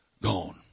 gone